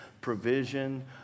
provision